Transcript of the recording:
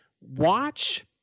watch